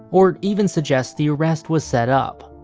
or even suggest the arrest was set-up.